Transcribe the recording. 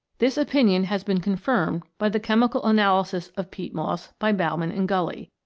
this opinion has been con firmed by the chemical analysis of peat moss by baumann and gully.